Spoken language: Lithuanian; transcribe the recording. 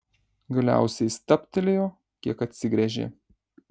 galiausiai stabtelėjo kiek atsigręžė